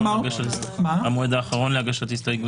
מה המועד האחרון להגשת הסתייגויות?